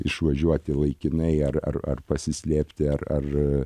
išvažiuoti laikinai ar ar ar pasislėpti ar ar